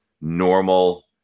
normal